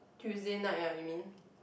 Tuesday night ah you mean